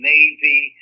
Navy